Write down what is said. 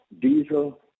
diesel